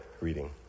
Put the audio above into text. reading